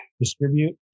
distribute